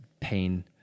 pain